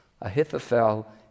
Ahithophel